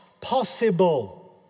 possible